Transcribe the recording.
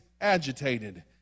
agitated